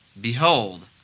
Behold